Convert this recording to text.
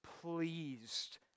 pleased